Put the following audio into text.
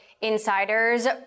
insiders